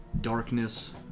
darkness